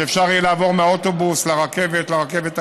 כשאפשר יהיה לעבור מהאוטובוס לרכבת, לרכבת הקלה,